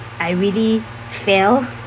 I really fail